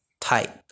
type